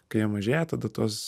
kai jie mažėja tada tos